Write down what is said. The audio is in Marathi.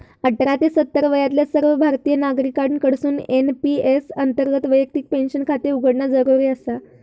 अठरा ते सत्तर वयातल्या सर्व भारतीय नागरिकांकडसून एन.पी.एस अंतर्गत वैयक्तिक पेन्शन खाते उघडणा जरुरी आसा